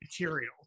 material